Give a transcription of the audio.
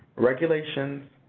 regulations,